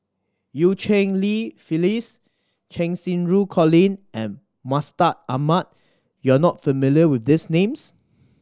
Eu Cheng Li Phyllis Cheng Xinru Colin and Mustaq Ahmad you are not familiar with these names